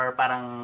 parang